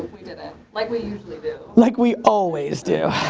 we didn't and like we usually do. like we always do.